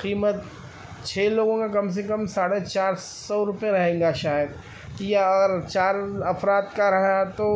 قیمت چھ لوگوں کا کم سے کم ساڑھے چار سو روپیہ رہیں گا شاید یا اگر چار افراد کا رہا تو